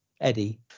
Eddie